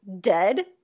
dead